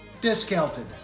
Discounted